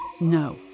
No